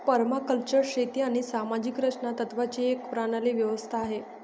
permaculture शेती आणि सामाजिक रचना तत्त्वांची एक प्रणाली व्यवस्था आहे